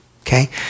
Okay